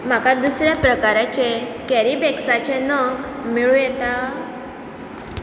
म्हाका दुसऱ्या प्रकाराचे कॅरी बॅग्साचे नग मेळूं येता